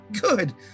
Good